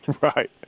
right